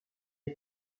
est